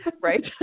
Right